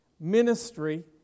Ministry